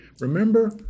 remember